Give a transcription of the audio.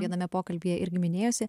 viename pokalbyje irgi minėjusi